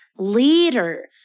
leader